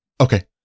Okay